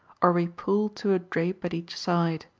or be pulled to a drape at each side.